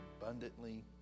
abundantly